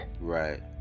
Right